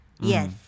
Yes